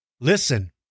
Listen